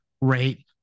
rate